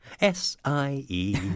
S-I-E